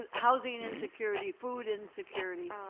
ah housing insecurity, food insecurity.